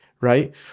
Right